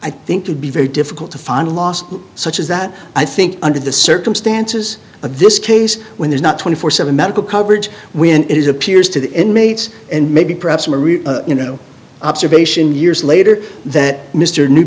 i think would be very difficult to find lost such as that i think under the circumstances of this case when there's not twenty four seven medical coverage when it is appears to the inmates and maybe perhaps marie you know observation years later that mr new